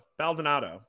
Baldonado